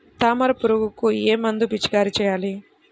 తామర పురుగుకు ఏ మందు పిచికారీ చేయాలి?